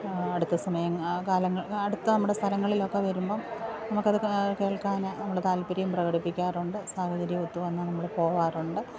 അടുത്ത സമയം ആ കാലങ്ങൾ അടുത്ത നമ്മുടെ സ്ഥലങ്ങളിലൊക്കെ വരുമ്പോള് നമുക്കത് കേൾക്കാന് നമ്മള് താല്പര്യം പ്രകടിപ്പിക്കാറുണ്ട് സാഹചര്യമൊത്തു വന്നാല് നമ്മള് പോവാറുണ്ട്